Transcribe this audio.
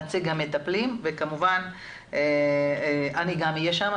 נציג המטפלים וכמובן אני גם אהיה שם,